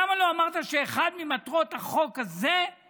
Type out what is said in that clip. שאחת ממטרות החוק הזה היא